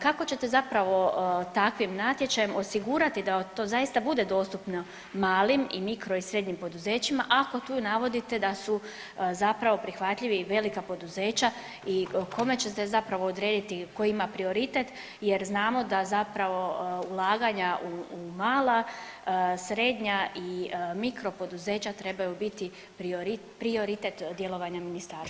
Kako ćete zapravo takvim natječajem osigurati da to zaista bude dostupno malim i mikro i srednjim poduzećima ako tu navodite da su zapravo prihvatljivi i velika poduzeća i kome će se zapravo odrediti tko ima prioritet jer znamo da ulaganja u mala, srednja i mikro poduzeća trebaju biti prioritet djelovanja ministarstva?